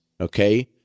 okay